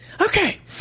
Okay